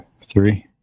three